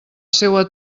seua